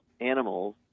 animals